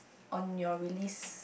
on your release